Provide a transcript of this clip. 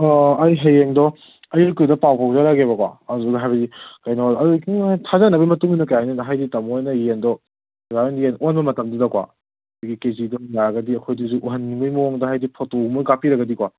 ꯑꯣ ꯑꯩ ꯍꯌꯦꯡꯗꯣ ꯑꯌꯨꯛꯀꯤꯗꯣ ꯄꯥꯎ ꯐꯥꯎꯖꯔꯛꯑꯒꯦꯕꯀꯣ ꯑꯗꯨꯅ ꯍꯥꯏꯕꯗꯤ ꯀꯩꯅꯣ ꯊꯥꯖꯅꯕꯒꯤ ꯃꯇꯨꯡ ꯏꯟꯅ ꯀꯔꯤ ꯍꯥꯏꯅꯤ ꯍꯥꯏꯗꯤ ꯇꯥꯃꯣ ꯍꯣꯏꯅ ꯌꯦꯟꯗꯣ ꯑꯣꯖꯥ ꯍꯣꯏꯅ ꯌꯦꯟ ꯑꯣꯟꯕ ꯃꯇꯝꯗꯨꯗꯀꯣ ꯑꯩꯈꯣꯏꯒꯤ ꯀꯦ ꯖꯤꯗꯣ ꯌꯥꯔꯒꯗꯤ ꯑꯩꯈꯣꯏꯗꯁꯨ ꯎꯍꯟꯅꯤꯡꯕꯒꯤ ꯃꯑꯣꯡꯗ ꯍꯥꯏꯗꯤ ꯐꯣꯇꯣ ꯑꯝꯇꯪ ꯀꯥꯞꯄꯤꯔꯒꯗꯤꯀꯣ